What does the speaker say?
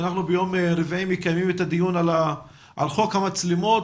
שאנחנו ביום רביעי מקיימים את הדיון על חוק המצלמות